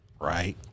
Right